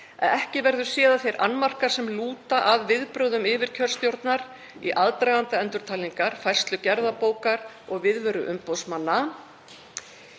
ekki verði séð að þeir annmarkar sem lúta að viðbrögðum yfirkjörstjórnar í aðdraganda endurtalningar, færslu gerðabókar og viðveru umboðsmanna,